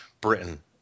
Britain